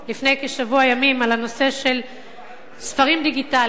לפני כשבוע ימים על הנושא של ספרים דיגיטליים,